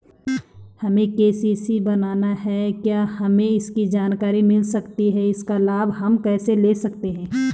हमें के.सी.सी बनाना है क्या हमें इसकी जानकारी मिल सकती है इसका लाभ हम कैसे ले सकते हैं?